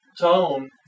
tone